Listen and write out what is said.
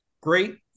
great